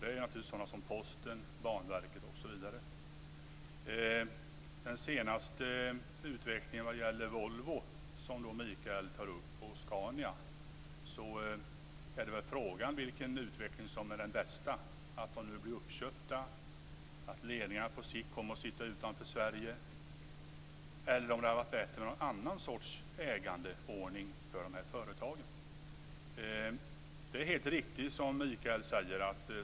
Det är sådana som Vad gäller den senaste utvecklingen för Volvo - som Mikael Oscarsson tar upp - och Scania är frågan vilken utveckling som är den bästa, att de nu blir uppköpta och att ledningarna på sikt kommer att finnas utanför Sverige eller om det varit bättre med någon annan sorts ägandeordning för de företagen. Det är helt riktigt som Mikael Oscarsson säger.